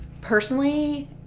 personally